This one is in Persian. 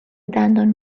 دندان